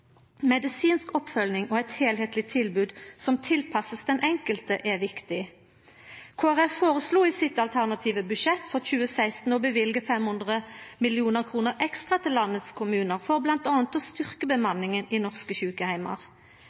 Medisinsk oppfølging og eit heilskapleg tilbod som blir tilpassa den enkelte, er viktig. Kristeleg Folkeparti føreslo i sitt alternative budsjett for 2016 å løyva 500 mill. kr ekstra til landets kommunar for bl.a. å styrkja bemanninga i norske sjukeheimar,